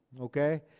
Okay